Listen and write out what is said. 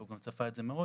והוא גם צפה את זה מראש,